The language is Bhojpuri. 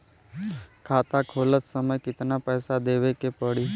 खाता खोलत समय कितना पैसा देवे के पड़ी?